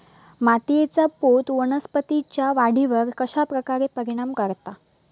मातीएचा पोत वनस्पतींएच्या वाढीवर कश्या प्रकारे परिणाम करता?